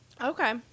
Okay